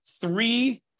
three